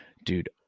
dude